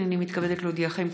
הינני מתכבדת להודיעכם,